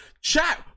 Chat